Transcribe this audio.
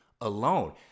alone